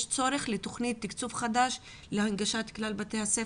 יש צורך בתוכנית לתקצוב חדש להנגשת כלל בתי הספר,